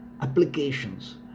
applications